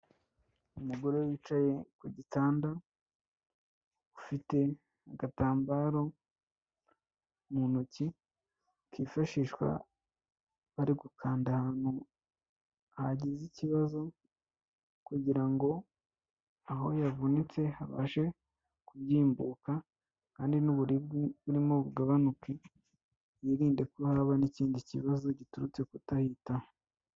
Umugore wicaye ku gitanda, ufite agatambaro mu ntoki kifashishwa bari gukanda ahantu hagize ikibazo, kugira ngo aho yavunitse habashe kubyimbuka kandi n'uburibwe burimo bugabanuke yirinde ko haba n'ikindi kibazo giturutse kutahitaho.